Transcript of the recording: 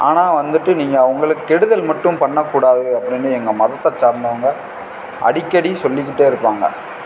ஆனால் வந்துட்டு நீங்கள் அவர்களுக்கு கெடுதல் மட்டும் பண்ணக்கூடாது அப்படின்னு எங்கள் மதத்தை சார்ந்தவங்கள் அடிக்கடி சொல்லிக்கிட்டே இருப்பாங்க